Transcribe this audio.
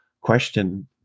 question